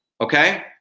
Okay